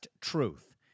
Truth